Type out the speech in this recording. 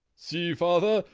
see, father,